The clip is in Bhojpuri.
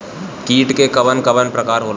कीट के कवन कवन प्रकार होला?